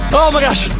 oh my gosh,